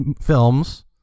films